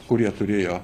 kurie turėjo